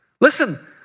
listen